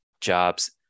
jobs